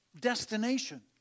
destination